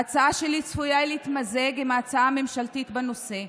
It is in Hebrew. ההצעה שלי צפויה להתמזג עם הצעה ממשלתית בנושא,